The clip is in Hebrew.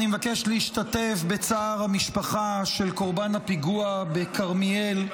אני מבקש להשתתף בצער המשפחה של קורבן הפיגוע בכרמיאל,